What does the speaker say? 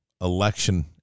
election